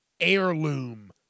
heirloom